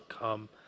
come